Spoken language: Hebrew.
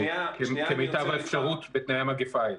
כמיטב האפשרות בתנאי המגפה האלה.